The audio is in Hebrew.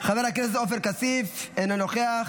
חבר הכנסת עופר כסיף, אינו נוכח,